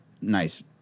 nice